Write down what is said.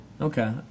Okay